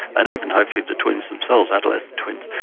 and even hopefully the twins themselves, adolescent twins,